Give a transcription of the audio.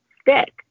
stick